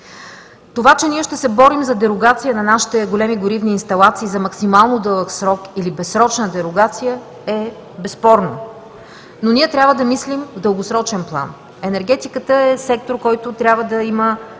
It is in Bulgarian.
Това, че ние ще се борим за дерогация на нашите големи горивни инсталации за максимално дълъг срок или безсрочна дерогация, е безспорно, но трябва да мислим в дългосрочен план. Енергетиката е сектор, който трябва да има